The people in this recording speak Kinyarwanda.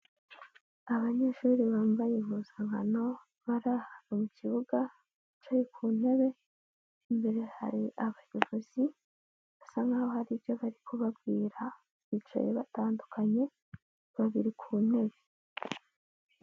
Abanyeshuri bambaye impuzankano bari ahantu mu kibuga, bicaye ku ntebe, imbere hari abayobozi basa nk'aho hari ibyo bari kubabwira, bicaye batandukanye, babiri ku ntebe.